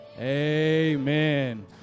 amen